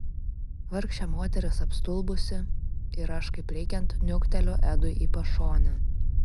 vargšė moteris apstulbusi ir aš kaip reikiant niukteliu edui į pašonę